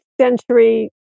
century